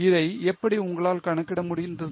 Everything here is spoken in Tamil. இதை எப்படி உங்களால் கணக்கிட முடிந்தது